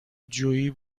جویی